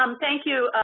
um thank you,